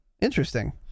interesting